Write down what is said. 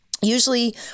usually